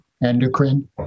Endocrine